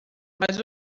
mas